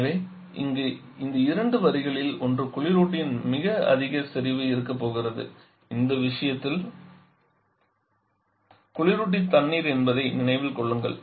எனவே இங்கு இரண்டு வரிகளில் ஒன்று குளிரூட்டியின் அதிக செறிவு இருக்கப் போகிறது இந்த விஷயத்தில் குளிரூட்டி தண்ணீர் என்பதை நினைவில் கொள்ளுங்கள்